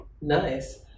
Nice